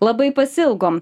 labai pasiilgom